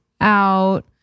out